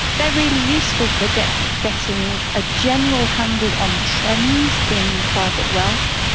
they are really useful for getting getting a general handle on trends in private wealth,